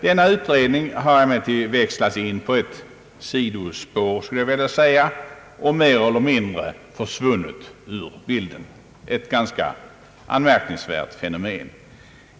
Denna utredning har emellertid växlats in på ett sidospår, skulle jag vilja säga, och mer eller mindre försvunnit ur bilden — ett ganska anmärkningsvärt fenomen.